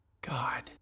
God